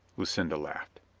lucinda laughed.